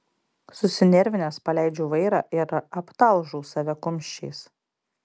susinervinęs paleidžiu vairą ir aptalžau save kumščiais